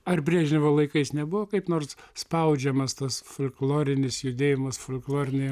ar brežnevo laikais nebuvo kaip nors spaudžiamas tas folklorinis judėjimas folkloriniai